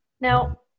Now